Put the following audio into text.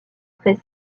très